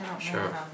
Sure